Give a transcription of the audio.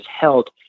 held